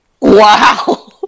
Wow